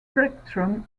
spectrum